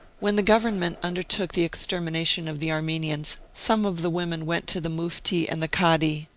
when the government undertook the extermination of the armenians some of the women went to the mufti and the kadi,